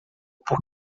por